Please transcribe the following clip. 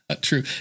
true